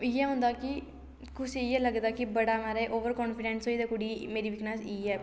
इ'यै होंदा कि कुसै गी इ'यै लगदा कि बड़ा महाराज ओवर काफीडैंस होई गेदा कुड़ी गी मेरी वीकनेस इ'यै